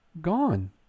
gone